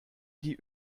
die